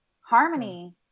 Harmony